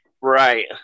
Right